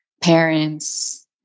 parents